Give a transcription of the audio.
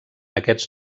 aquests